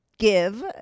Give